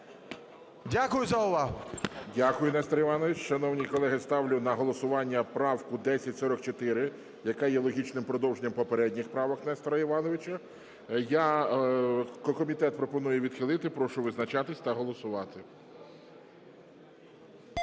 ГОЛОВУЮЧИЙ. Дякую, Нестор Іванович. Шановні колеги, ставлю на голосування правку 1044, яка є логічним продовженням попередніх правок Нестора Івановича. Комітет пропонує відхилити. Прошу визначатись та голосувати.